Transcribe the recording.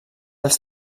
els